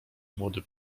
młody